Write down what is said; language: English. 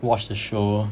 watch the show